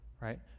right